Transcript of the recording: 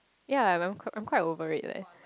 ya and I'm I'm quite over it leh